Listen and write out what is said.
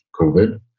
COVID